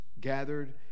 gathered